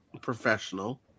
professional